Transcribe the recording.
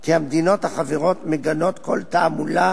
כי המדינות החברות מגנות כל תעמולה